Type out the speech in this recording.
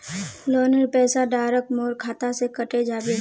लोनेर पैसा डायरक मोर खाता से कते जाबे?